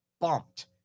bumped